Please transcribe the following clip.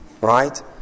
Right